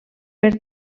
per